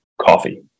coffee